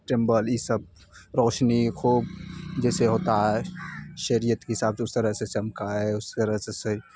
چمبل ہی سب روشنی خوب جیسے ہوتا ہے شریعت کے حساب سے اس طرح سے چمکائے اس طرح سے